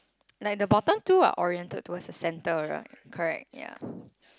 like the bottom two are oriented towards the center ri~ correct ya